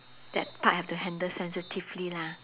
that part have to handle sensitively lah